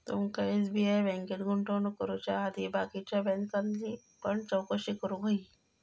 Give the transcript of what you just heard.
तुमका एस.बी.आय बँकेत गुंतवणूक करुच्या आधी बाकीच्या बॅन्कांतल्यानी पण चौकशी करूक व्हयी